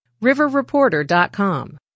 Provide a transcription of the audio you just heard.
RiverReporter.com